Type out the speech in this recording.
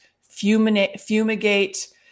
fumigate